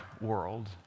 world